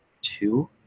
two